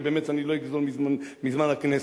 ובאמת אני לא אגזול מזמן הכנסת.